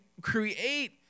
create